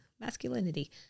masculinity